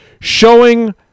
showing